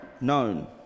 known